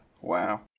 Wow